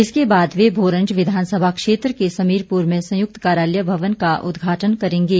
इसके बाद वे भोरंज विधानसभा क्षेत्र के समीरपुर में संयुक्त कार्यालय भवन का उद्घाटन करेंगे